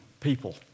people